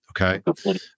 Okay